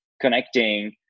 connecting